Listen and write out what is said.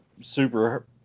super